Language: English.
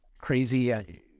crazy